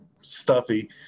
stuffy